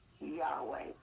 Yahweh